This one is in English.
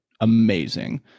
amazing